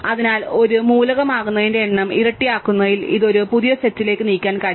അതിനാൽ ഒരു മൂലകമാകുന്നതിന്റെ എണ്ണം ഇരട്ടിയാക്കുന്നതിനാൽ ഇത് ഒരു പുതിയ സെറ്റിലേക്ക് നീക്കാൻ കഴിയും